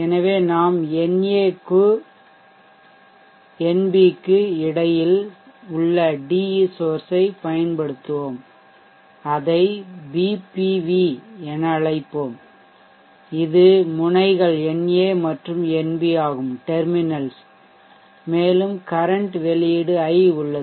எனவே நாம் na க்கு nb க்கு இடையில் உள்ள de சோர்ஷ் ஐ பயன்படுத்துவோம் அதை Bpv என அழைப்போம் இது முனைகள் na மற்றும் nb ஆகும் மேலும் கரன்ட் வெளியீடு I உள்ளது